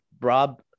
rob